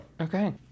Okay